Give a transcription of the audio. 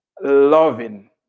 Loving